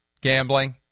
gambling